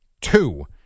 two